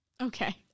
Okay